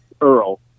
Earl